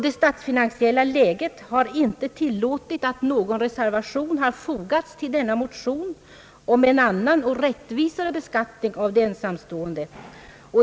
Det statsfinansiella läget har inte tillåtit att någon reservation fogats till detta betänkande med anledning av vår motion om en annan och rättvisare beskattning av de ensamstående.